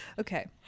Okay